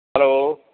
hello